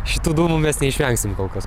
šitų dumų mes neišvengsim kol kas